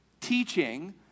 teaching